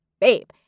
babe